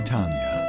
Tanya